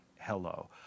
hello